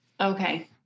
Okay